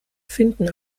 finden